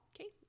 Okay